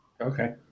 Okay